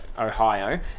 Ohio